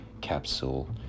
capsule